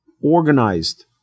organized